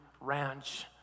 Ranch